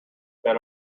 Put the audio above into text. been